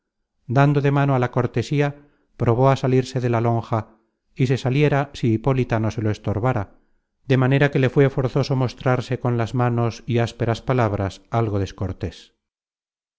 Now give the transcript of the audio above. de mano á la cortesía probó á salirse de la lonja y se saliera si hipólita no se lo estorbara de manera que le fué forzoso mostrarse con las manos y ásperas palabras algo descortés